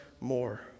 more